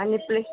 आनी प्लीज